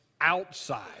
outside